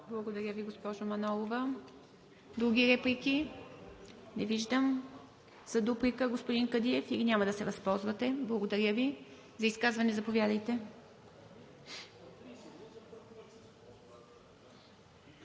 Благодаря Ви, госпожо Манолова. Други реплики? Не виждам. За дуплика, господин Кадиев, или няма да се възползвате? Благодаря Ви. За изказване – заповядайте.